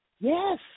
Yes